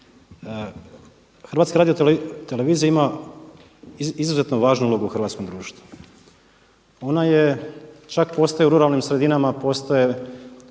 to populizam, međutim HRT ima izuzetno važnu ulogu u hrvatskom društvu. Ona je čak postaje u ruralnim sredinama, postoje